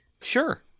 Sure